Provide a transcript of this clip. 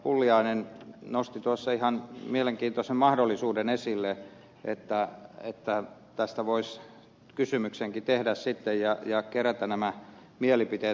pulliainen nosti ihan mielenkiintoisen mahdollisuuden esille että tästä voisi kysymyksenkin tehdä ja kerätä nämä mielipiteet